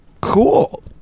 cool